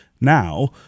now